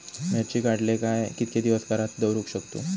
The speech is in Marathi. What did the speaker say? मिर्ची काडले काय कीतके दिवस घरात दवरुक शकतू?